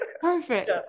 Perfect